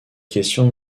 questions